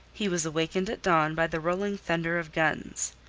he was awakened at dawn by the rolling thunder of guns.